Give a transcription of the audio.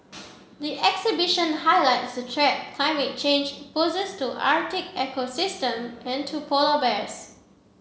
the exhibition highlights threat climate change poses to Arctic ecosystem and to polar bears